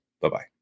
Bye-bye